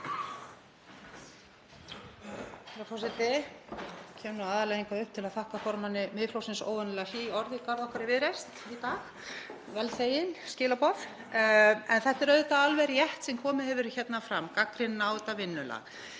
þetta er auðvitað alveg rétt sem komið hefur fram, gagnrýnin á þetta vinnulag.